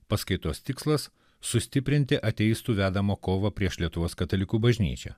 paskaitos tikslas sustiprinti ateistų vedamą kovą prieš lietuvos katalikų bažnyčią